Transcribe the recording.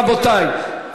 רבותי,